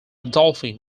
dolphin